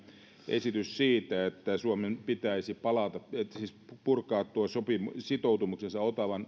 esitys siitä että suomen pitäisi purkaa tuo sitoumuksensa